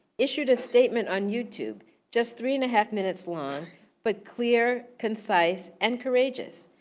issued a statement on youtube just three and a half minutes long but clear, concise and courageous.